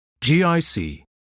GIC